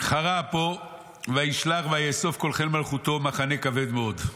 חרה אפו וישלח ויאסוף כל חיל מלכותו מחנה כבד מאוד.